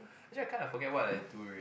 actually I kind of forget what I do already